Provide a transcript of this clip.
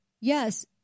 yes